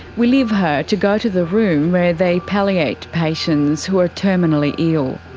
we leave her to go to the room where they palliate patients who are terminally ill.